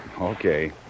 Okay